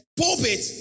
pulpit